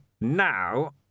now